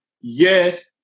Yes